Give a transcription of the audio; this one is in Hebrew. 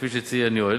כפי שציין יואל,